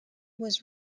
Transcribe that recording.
was